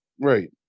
Right